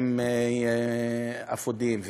עם אפודים,